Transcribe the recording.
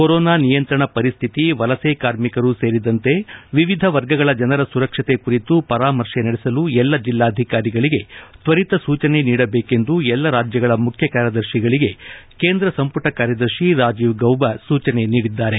corona ನಿಯಂತ್ರಣ ಪರಿಸ್ಟಿತಿ ವಲಸೆ ಕಾರ್ಮಿಕರು ಸೇರಿದಂತೆ ವಿವಿಧ ವರ್ಗಗಳ ಜನರ ಸುರಕ್ಷತೆ ಕುರಿತು ಪರಾಮರ್ಶೆ ನಡೆಸಲು ಎಲ್ಲ ಜಿಲ್ಲಾಧಿಕಾರಿಗಳಿಗೆ ತ್ವರಿತ ಸೂಜನೆ ನೀಡಬೇಕೆಂದು ಎಲ್ಲ ರಾಜ್ಯಗಳ ಮುಖ್ಯ ಕಾರ್ಯದರ್ಶಿಗಳಿಗೆ ಕೇಂದ್ರ ಸಂಮಟ ಕಾರ್ಯದರ್ಶಿ ರಾಜೀವ್ ಗೌಬ ಸೂಚನೆ ನೀಡಿದ್ದಾರೆ